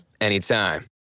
anytime